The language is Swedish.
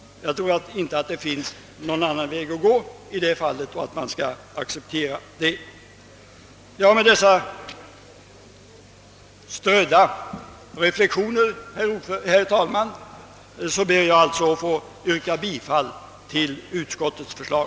Jag tror inte att det finns någon annan väg att gå och att man får acceptera det. Med dessa strödda reflexioner, herr talman, ber jag att få yrka bifall till utskottets förslag.